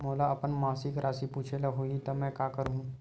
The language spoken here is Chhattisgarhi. मोला अपन मासिक राशि पूछे ल होही त मैं का करहु?